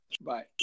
Bye